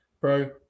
Bro